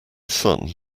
son